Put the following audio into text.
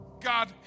God